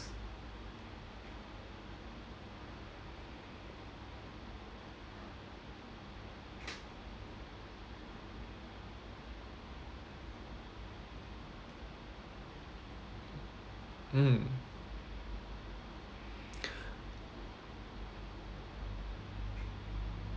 mmhmm